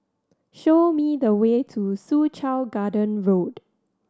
show me the way to Soo Chow Garden Road